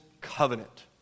Covenant